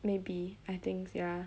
maybe I think ya